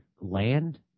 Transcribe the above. land